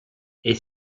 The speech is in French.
est